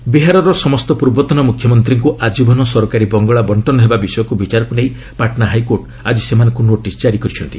Patna HC ବିହାରର ସମସ୍ତ ପୂର୍ବତନ ମୁଖ୍ୟମନ୍ତ୍ରୀଙ୍କୁ ଆଜୀବନ ସରକାରୀ ବଙ୍ଗଳା ବର୍ଷନ ହେବା ବିଷୟକୁ ବିଚାରକୁ ନେଇ ପାଟ୍ନା ହାଇକୋର୍ଟ ଆଜି ସେମାନଙ୍କୁ ନୋଟିସ୍ ଜାରି କରିଛନ୍ତି